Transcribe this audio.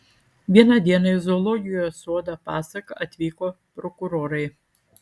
vieną dieną į zoologijos sodą pasaką atvyko prokurorai